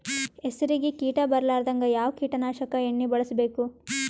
ಹೆಸರಿಗಿ ಕೀಟ ಬರಲಾರದಂಗ ಯಾವ ಕೀಟನಾಶಕ ಎಣ್ಣಿಬಳಸಬೇಕು?